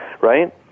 right